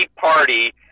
Party